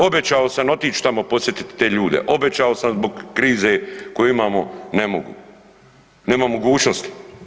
Obećao sam otić tamo posjetiti te ljude, obećao sam, zbog krize koju imamo ne mogu, nemam mogućnosti.